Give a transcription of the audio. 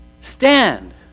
Stand